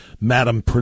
madam